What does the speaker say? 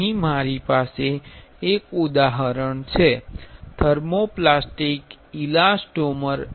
અહીં મારી પાસે એક ઉદાહરણ છે થર્મોપ્લાસ્ટિક ઇલાસ્ટોમર